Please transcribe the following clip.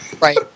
Right